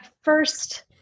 first